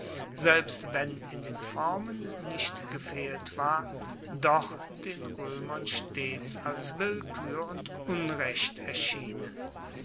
selbst wenn in den formen nicht gefehlt war doch den roemern stets als willkuer und unrecht erschienen